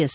S